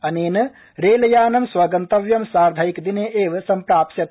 अनेन रेलयानं स्वगन्तव्यं साधैंकदिने एवं सम्प्राप्स्यति